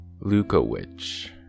Lukowicz